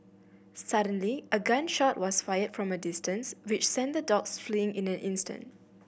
suddenly a gun shot was fired from a distance which sent the dogs fleeing in an instant